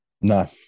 No